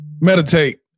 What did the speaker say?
meditate